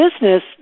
business